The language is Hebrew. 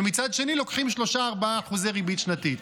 ומצד שני לוקחים 3% 4% ריבית שנתית.